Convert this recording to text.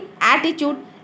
attitude